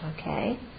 Okay